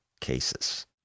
cases